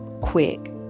quick